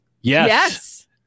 Yes